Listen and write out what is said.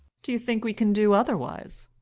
do you think we can do otherwise?